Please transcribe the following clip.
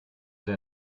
der